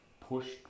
pushed